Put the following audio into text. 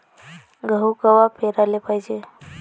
गहू कवा पेराले पायजे?